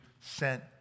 sent